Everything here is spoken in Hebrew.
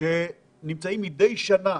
שמוקצים מדי שנה